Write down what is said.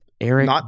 Eric